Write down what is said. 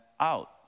Out